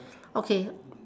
okay